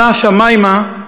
עלה השמימה,